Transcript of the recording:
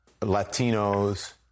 Latinos